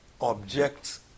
objects